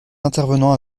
intervenants